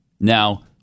Now